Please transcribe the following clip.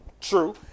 True